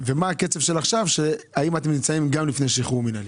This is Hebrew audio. מה הקצב עכשיו והאם אתם נמצאים גם לפני שחרור מינהלי.